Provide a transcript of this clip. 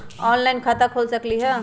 Online खाता खोल सकलीह?